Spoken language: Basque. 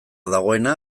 dagoena